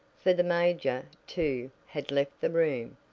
for the major, too, had left the room,